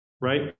right